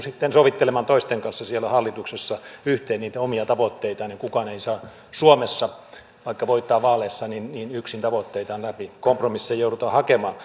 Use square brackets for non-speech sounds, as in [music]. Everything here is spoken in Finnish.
[unintelligible] sitten sovittelemaan toisten kanssa siellä hallituksessa yhteen niitä omia tavoitteitaan kukaan ei saa suomessa vaikka voittaa vaaleissa yksin tavoitteitaan läpi vaan kompromisseja joudutaan hakemaan [unintelligible]